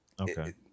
Okay